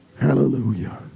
hallelujah